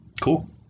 Cool